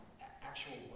actual